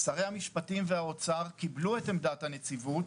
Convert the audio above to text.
שרי המשפטים והאוצר קיבלו את עמדת הנציבות,